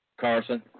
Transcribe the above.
Carson